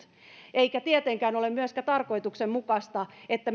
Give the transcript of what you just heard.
eikä tietenkään ole myöskään tarkoituksenmukaista että